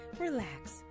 Relax